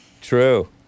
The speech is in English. true